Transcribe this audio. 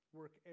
work